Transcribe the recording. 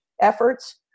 efforts